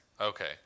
Okay